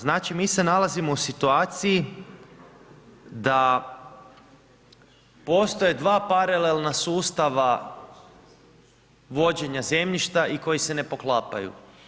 Znači mi se nalazimo u situaciji da postoje dva paralelna sustava vođenja zemljišta i koji se ne poklapaju.